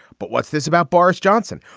but what's this about boris johnson?